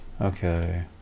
Okay